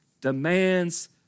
demands